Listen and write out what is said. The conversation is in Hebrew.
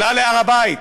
עלה להר הבית,